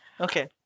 Okay